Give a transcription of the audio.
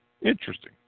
Interesting